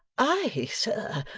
ay, sir,